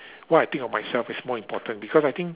what I think of myself is more important because I think